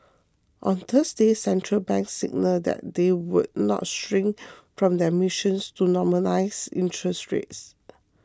on Thursday central banks signalled that they would not shirk from their missions to normalise interest rates